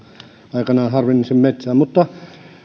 aikanaan harvensin metsää mutta